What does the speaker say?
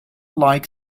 like